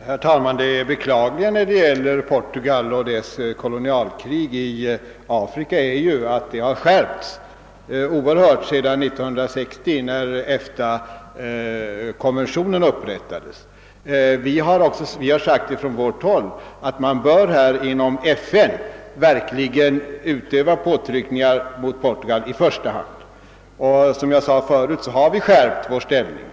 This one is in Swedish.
Herr talman! Det beklagliga vad beträffar Portugal och dess kolonialkrig i Afrika är ju att det har skärpts oerhört sedan 1960, när EFTA-konventionen kom till. Vi har från vårt håll sagt att man bör i första hand inom FN verkligen utöva påtryckningar mot Portugal, och som jag framhöll förut har vi skärpt vår hållning.